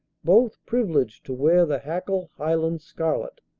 both privileged to wear the hackle highland scarlet,